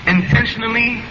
intentionally